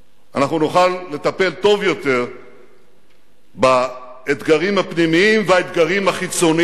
אנחנו נוכל לטפל טוב יותר באתגרים הפנימיים והאתגרים החיצוניים